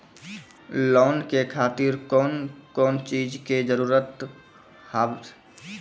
Loan के खातिर कौन कौन चीज के जरूरत हाव है?